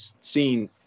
seen